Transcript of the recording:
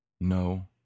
No